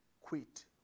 quit